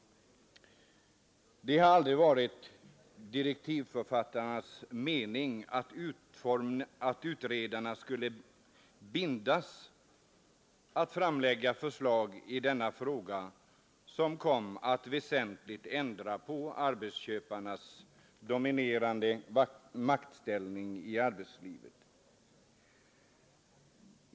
Det har aldrig varit direktivförfattarnas mening att utredarna skulle bindas att framlägga förslag i denna fråga som kom att väsentligt ändra på arbetsköparnas dominerande maktställning i arbetslivet.